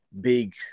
big